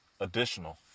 additional